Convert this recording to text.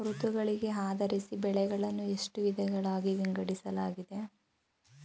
ಋತುಗಳಿಗೆ ಆಧರಿಸಿ ಬೆಳೆಗಳನ್ನು ಎಷ್ಟು ವಿಧಗಳಾಗಿ ವಿಂಗಡಿಸಲಾಗಿದೆ?